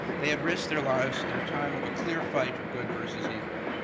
they had risked their lives at a time of a clear fight of good versus evil.